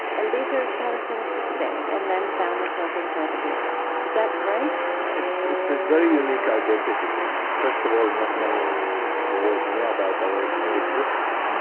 and these are palestinians who stayed and then found themselves inside the border. is that right? it's it's a very unique identity. i mean, first of all, not many in the world know about our mere existence.